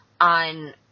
on